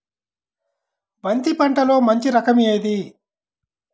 బంతి పంటలో మంచి రకం ఏది?